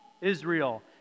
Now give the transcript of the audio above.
Israel